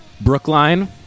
Brookline